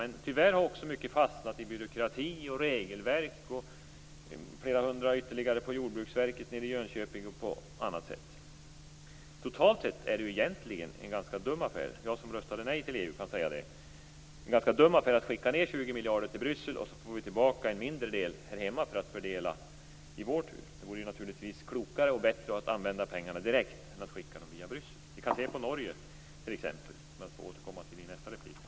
Men tyvärr har också mycket fastnat i byråkrati, regelverk, flera hundra ytterligare på Jordbruksverket nere i Jönköping och på andra sätt. Totalt sett är det hela egentligen en ganska dum affär. Jag som röstade nej till EU kan ju säga det. Det är en ganska dum affär att skicka ned 20 miljarder till Bryssel och få tillbaka en mindre del här hemma att fördela i vår tur. Det vore naturligtvis klokare och bättre att använda pengarna direkt än att skicka dem via Bryssel. Vi kan se på Norge t.ex., som jag får återkomma till i nästa replik.